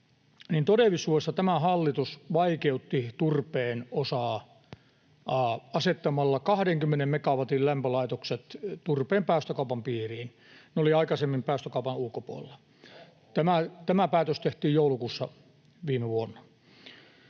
todellisuudessa tämä hallitus vaikeutti turpeen osaa asettamalla 20 megawatin lämpölaitokset turpeen päästökaupan piiriin. Ne olivat aikaisemmin päästökaupan ulkopuolella. Tämä päätös tehtiin joulukuussa viime vuonna.